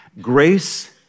grace